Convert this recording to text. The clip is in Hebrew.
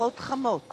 ברכות חמות